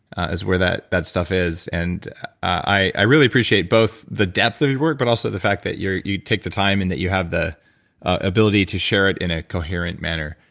ah is where that that stuff is. and i really appreciate both the depth of your work, but also the fact that you take the time and that you have the ability to share it in a coherent manner,